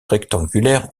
rectangulaires